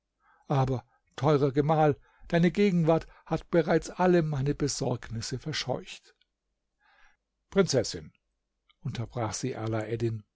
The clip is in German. aber teurer gemahl deine gegenwart hat bereits alle meine besorgnisse verscheucht prinzessin unterbrach sie